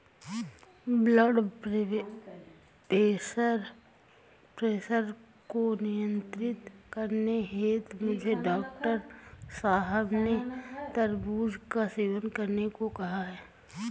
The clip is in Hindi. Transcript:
ब्लड प्रेशर को नियंत्रित करने हेतु मुझे डॉक्टर साहब ने तरबूज का सेवन करने को कहा है